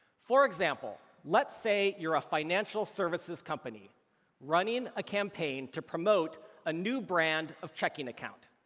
for example, let's say you're a financial services company running a campaign to promote a new brand of checking account.